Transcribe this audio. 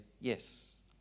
yes